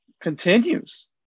continues